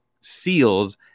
seals